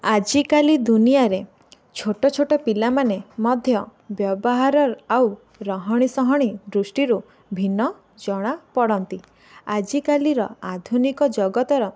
ଆଜିକାଲି ଦୁନିଆରେ ଛୋଟ ଛୋଟ ପିଲାମାନେ ମଧ୍ୟ ବ୍ୟବହାର ଆଉ ରହଣି ସହଣି ଦୃଷ୍ଟିରୁ ଭିନ୍ନ ଜଣା ପଡ଼ନ୍ତି ଆଜିକାଲିର ଆଧୁନିକ ଜଗତର